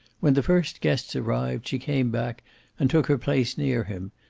when the first guests arrived, she came back and took her place near him,